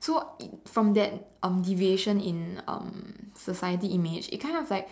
so from that um deviation in um society image it kind of like